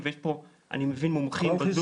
ולהבנתי יש פה מומחים בזום.